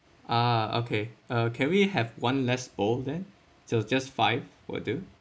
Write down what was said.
ah okay uh can we have one less bowl then so just five will do